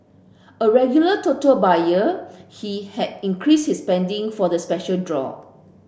a regular Toto buyer he had increases his spending for the special draw